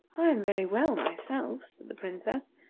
i am very well, myself, said the princess,